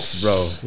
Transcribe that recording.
bro